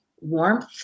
warmth